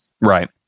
Right